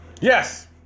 Yes